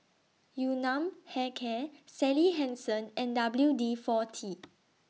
Yun Nam Hair Care Sally Hansen and W D forty